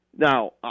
Now